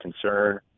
concern